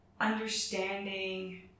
understanding